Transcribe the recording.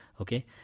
Okay